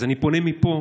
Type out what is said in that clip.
אז אני פונה מפה